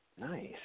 Nice